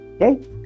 Okay